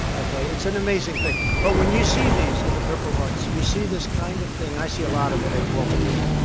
okay? it's an amazing thing. but when you see these and the purple hearts you see this kind of thing and i see a lot of it at walter reed.